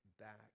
back